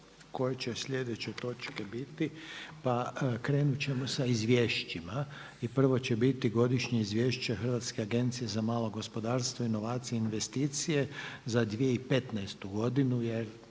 koje će sljedeće točke biti. Pa krenut ćemo sa izvješćima i prvo će biti godišnje izvješće Hrvatske agencije za malo gospodarstvo inovacije investicije za 2015. godinu, jer